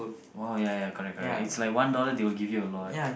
!wow! ya ya correct correct it lah one dollar they will give you a lot